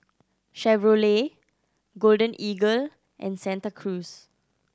Chevrolet Golden Eagle and Santa Cruz